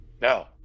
No